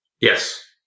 Yes